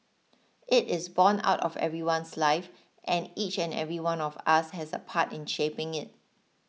it is borne out of everyone's life and each and every one of us has a part in shaping it